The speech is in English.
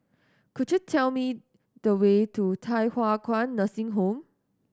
could you tell me the way to Thye Hua Kwan Nursing Home